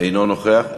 אינו נוכח.